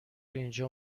اینجا